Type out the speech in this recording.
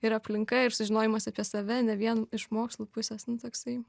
ir aplinka ir sužinojimas apie save ne vien iš mokslų pusės nu toksai